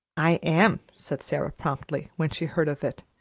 i am, said sara promptly, when she heard of it.